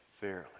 fairly